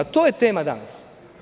To je tema danas.